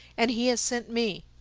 and he has sent me.